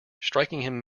striking